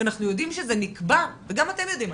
כי אנחנו יודעים שזה נקבע וגם אתם יודעים,